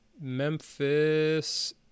Memphis